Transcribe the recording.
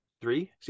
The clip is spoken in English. three